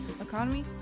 economy